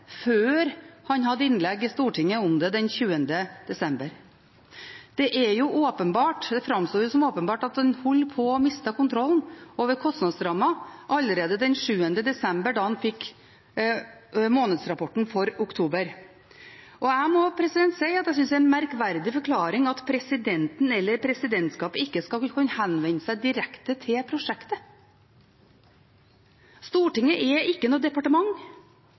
før han hadde innlegg i Stortinget om det den 20. desember. Det framstår som åpenbart at man holdt på å miste kontrollen over kostnadsrammen allerede den 7. desember da man fikk månedsrapporten for oktober. Jeg må si at jeg synes det er en merkverdig forklaring at presidenten eller presidentskapet ikke skal kunne henvende seg direkte til prosjektet. Stortinget er ikke noe departement.